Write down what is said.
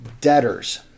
debtors